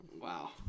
Wow